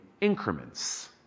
increments